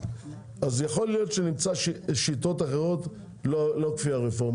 להיות שנמצא שיטות אחרות ולא לפי הרפורמה.